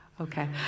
okay